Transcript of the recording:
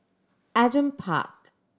Adam Park